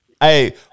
Hey